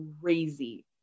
crazy